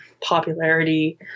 popularity